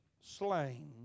slain